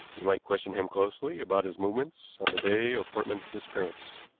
you might question him closely about his movements on the day of portman's disappearance.